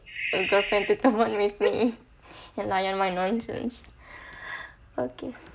a girlfriend to teman with me and layan my nonsense okay